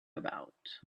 about